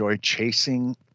chasing